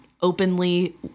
openly